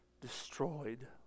destroyed